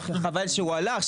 חבל שהוא הלך,